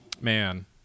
man